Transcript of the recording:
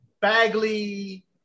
bagley